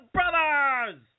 Brothers